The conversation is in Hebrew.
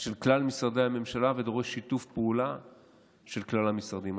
של כלל משרדי הממשלה ודורש שיתוף פעולה של כלל המשרדים.